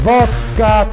Vodka